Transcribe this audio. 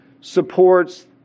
supports